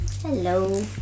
Hello